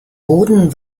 boden